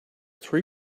three